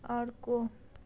अर्को